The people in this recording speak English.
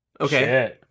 Okay